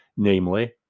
Namely